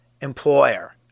employer